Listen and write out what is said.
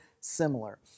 similar